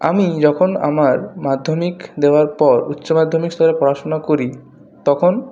আমি যখন আমার মাধ্যমিক দেওয়ার পর উচ্চ মাধ্যমিক স্তরে পড়াশোনা করি তখন